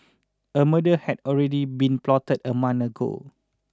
a murder had already been plotted a month ago